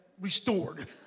restored